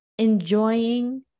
Enjoying